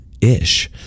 ish